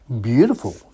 beautiful